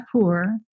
poor